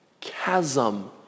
chasm